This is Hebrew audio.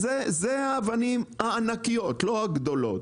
אלו האבנים הענקיות, לא הגדולות.